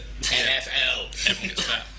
NFL